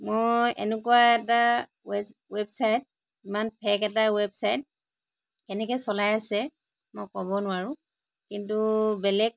মই এনেকুৱা এটা ৱেবচাইট ইমান ফেক এটা ৱেবচাইট কেনেকৈ চলাই আছে মই ক'ব নোৱাৰো কিন্তু বেলেগ